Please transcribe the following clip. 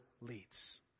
leads